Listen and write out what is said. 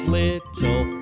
little